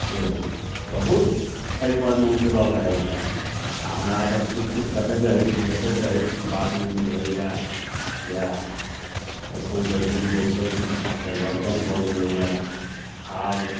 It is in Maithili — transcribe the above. से बहुत एहिपरमे उतरल रहैए आओर हमरासभ टुकटुक तकैत रहै छी देखैत रहै छी बात नहि बुझैए इएह एखनके जुग जे छै से बहुत परिवर्तन भऽ गेलैए आब